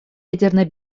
ядерная